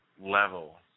level